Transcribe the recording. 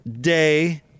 Day—